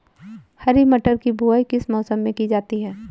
हरी मटर की बुवाई किस मौसम में की जाती है?